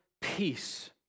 peace